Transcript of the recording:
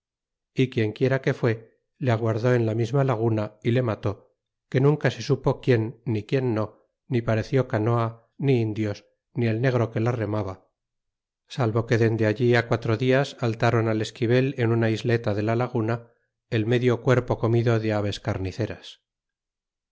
y quien quiera que fue le aguardó en la misma laguna y le mató que nunca se supo quien ni quien no ni pareció canoa ni indios ni el negro que la remaba salvo que dende ahí quatro dias hallaron al esquive en una isleta de la laguna el medio cuerpo comido de aves carniceras